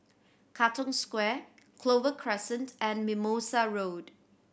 Katong Square Clover Crescent and Mimosa Road